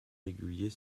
régulier